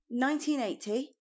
1980